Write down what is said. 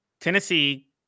Tennessee